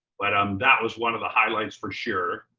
but um that was one of the highlights, for sure.